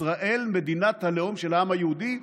ישראל מדינת הלאום של העם היהודי.